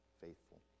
faithful